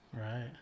Right